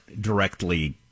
directly